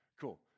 Cool